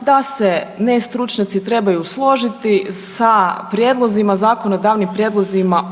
da se ne stručnjaci trebaju složiti sa prijedlozima zakonodavnim prijedlozima